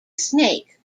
snake